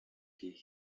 pieds